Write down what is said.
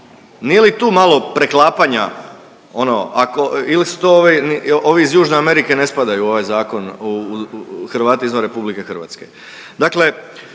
nije li tu malo preklapanja ono ako ili su to ovi iz Južne Amerike ne spadaju u ovaj zakon u Hrvate izvan RH? Dakle,